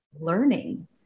learning